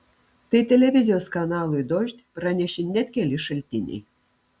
tai televizijos kanalui dožd pranešė net keli šaltiniai